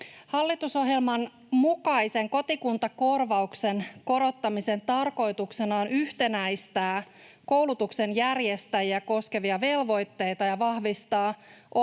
Hallitusohjelman mukaisen kotikuntakorvauksen korottamisen tarkoituksena on yhtenäistää koulutuksen järjestäjiä koskevia velvoitteita ja vahvistaa oppilaan